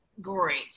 great